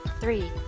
three